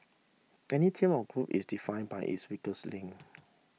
any team or group is define by its weakest link